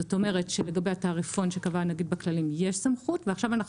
זאת אומרת שלגבי התעריפון שקבע הנגיד בכללים יש סמכות ועכשיו אנחנו